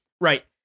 right